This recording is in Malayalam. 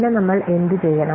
പിന്നെ നമ്മൾ എന്തുചെയ്യണം